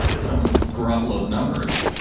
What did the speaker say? ah some of grapple those numbers,